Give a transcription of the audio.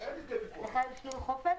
יש לך לול חופש?